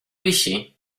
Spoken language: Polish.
wisi